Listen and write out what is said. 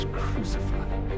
crucified